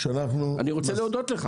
אני רוצה להודות לך.